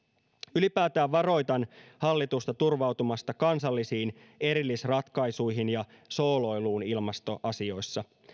ylipäätään varoitan hallitusta turvautumasta kansallisiin erillisratkaisuihin ja sooloiluun ilmastoasioissa